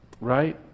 right